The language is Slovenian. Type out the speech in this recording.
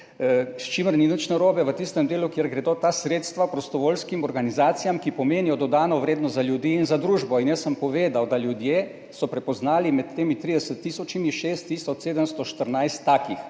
s čimer ni nič narobe v tistem delu, kjer gredo ta sredstva prostovoljskim organizacijam, ki pomenijo dodano vrednost za ljudi in za družbo. In jaz sem povedal, da so ljudje prepoznali med temi 30 tisočimi 6 tisoč 714 takih.